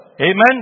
Amen